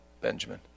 Benjamin